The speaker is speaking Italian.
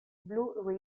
blue